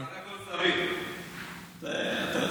סביר בסך הכול.